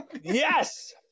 Yes